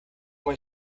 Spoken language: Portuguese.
uma